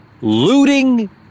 looting